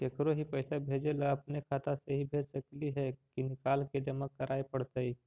केकरो ही पैसा भेजे ल अपने खाता से ही भेज सकली हे की निकाल के जमा कराए पड़तइ?